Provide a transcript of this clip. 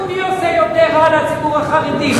התחרות מי עושה יותר רע לציבור החרדי,